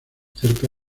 cerca